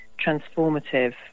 transformative